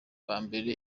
bambera